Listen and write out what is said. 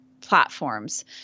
platforms